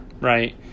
right